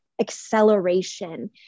acceleration